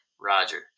Roger